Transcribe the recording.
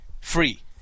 free